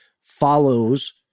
follows